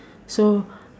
so